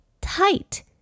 tight